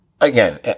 again